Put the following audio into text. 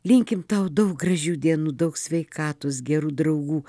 linkime tau daug gražių dienų daug sveikatos gerų draugų